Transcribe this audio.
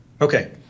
Okay